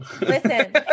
Listen